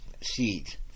seeds